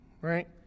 right